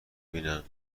بینن